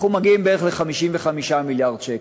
אנחנו מגיעים בערך ל-55 מיליארד שקל.